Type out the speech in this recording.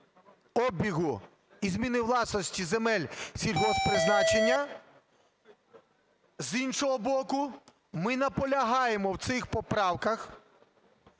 обігу і зміни власності земель сільгосппризначення, з іншого боку, ми наполягаємо в цих поправках